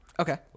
Okay